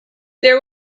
there